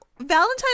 Valentine